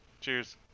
Cheers